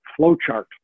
flowchart